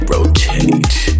Rotate